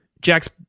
Jack's